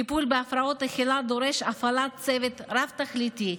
טיפול בהפרעות אכילה דורש הפעלת צוות רב-תכליתי,